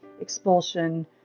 expulsion